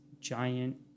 giant